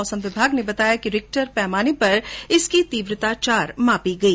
मौसम विभाग ने बताया कि रिक्टर पैमाने पर इसकी तीव्रता चार मापी गई